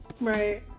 right